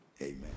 Amen